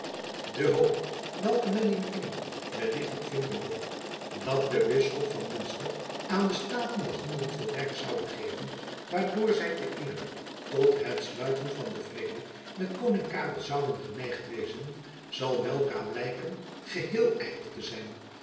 de hoop welke men in engeland wellicht nog vinden mocht dat de bisschop van munster aan de staten de handen vol werks zoude geven waardoor zy te eerder tot het sluiten van den vrede met koning karel zouden geneigd wezen zal weldra blijken geheel ydel te zijn